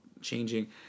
changing